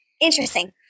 interesting